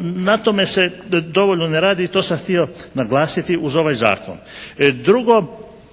na tome se dovoljno ne radi i to sam htio naglasiti uz ovaj zakon.